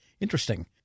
Interesting